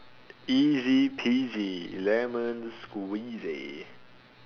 easy peasy lemon squeezy